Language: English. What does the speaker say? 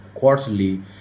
Quarterly